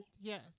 Yes